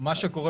מה שקורה